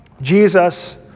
Jesus